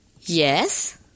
Yes